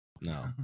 no